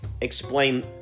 explain